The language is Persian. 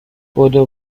بدو